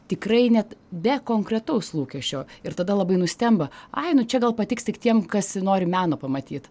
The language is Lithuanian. tikrai net be konkretaus lūkesčio ir tada labai nustemba ai nu čia gal patiks tik tiem kas nori meno pamatyt